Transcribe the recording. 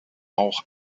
auch